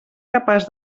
capaç